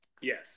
Yes